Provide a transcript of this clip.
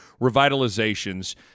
revitalizations